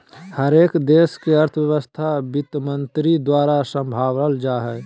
हरेक देश के अर्थव्यवस्था वित्तमन्त्री द्वारा सम्भालल जा हय